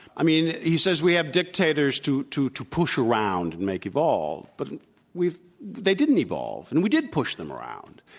i mean, he says we have dictators to to push around and make evolve. but we've they didn't evolve, and we did push them around.